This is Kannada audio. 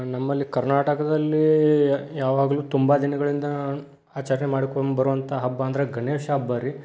ನಮ್ಮಲ್ಲಿ ಕರ್ನಾಟಕದಲ್ಲಿ ಯಾವಾಗಲೂ ತುಂಬ ದಿನಗಳಿಂದ ಆಚರಣೆ ಮಾಡ್ಕೊಂಬರುವಂಥ ಹಬ್ಬ ಅಂದರೆ ಗಣೇಶ ಹಬ್ಬ ರೀ